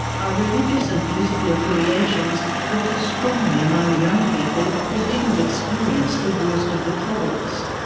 are religious and political affiliations felt as strongly among young people who didn't experience the worst of the troubles?